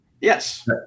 Yes